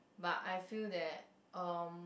but I feel that um